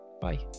bye